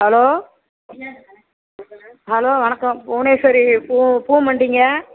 hello hello வணக்கம் புவனேஸ்வரி பூ பூ மண்டிங்க